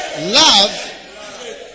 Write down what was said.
Love